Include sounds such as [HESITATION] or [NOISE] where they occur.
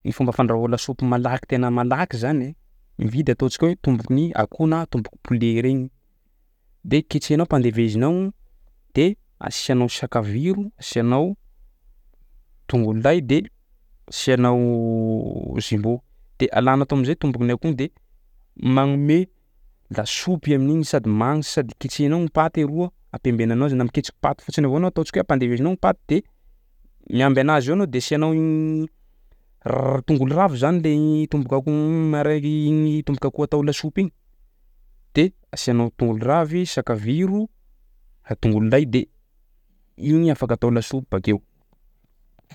Ny fomba fandrahoa lasopy malaky tena malaky zany mividy ataontsika hoe tomboky ny akoho na tomboky poulet regny de ketrehinao ampandevezinao de asianao sakaviro, asianao tongolo lay de asianao [HESITATION] jumbo de alanao tao am'zay tomboky ny akoho de magnome lasopy amin'igny sady manitsa sady ketsehanao ny paty aroa ampembenanao izy na miketsiky paty fotsiny avao anao ataontsika hoe ampandevezinao ny paty de miamby anazy eo anao de asianao [HESITATION] r- tongolo ravy zany le gny tombok'akoho [HESITATION] marary ny tombok'akoho atao lasopy igny de asianao tongolo ravy, sakaviro, a- tongolo lay de iny afaka atao lasopy bakeo.